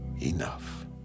enough